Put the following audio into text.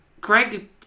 Greg